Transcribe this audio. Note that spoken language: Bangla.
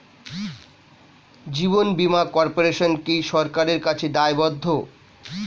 জীবন বীমা কর্পোরেশন কি সরকারের কাছে দায়বদ্ধ?